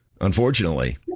unfortunately